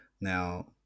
Now